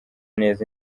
neza